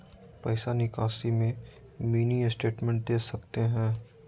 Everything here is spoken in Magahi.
पैसा निकासी में मिनी स्टेटमेंट दे सकते हैं?